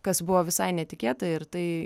kas buvo visai netikėta ir tai